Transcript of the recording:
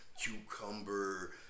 cucumber